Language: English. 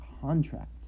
contract